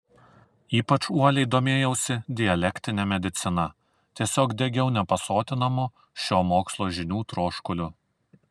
ypač uoliai domėjausi dialektine medicina tiesiog degiau nepasotinamu šio mokslo žinių troškuliu